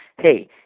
hey